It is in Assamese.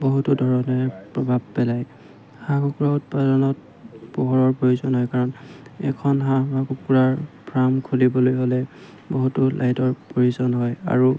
বহুতো ধৰণে প্ৰভাৱ পেলায় হাঁহ কুকুৰা উৎপাদনত পোহৰৰ প্ৰয়োজন হয় কাৰণ এখন হাঁহ বা কুকুৰাৰ ফাৰ্ম খুলিবলৈ হ'লে বহুতো লাইটৰ প্ৰয়োজন হয় আৰু